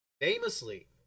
famously